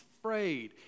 Afraid